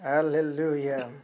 Hallelujah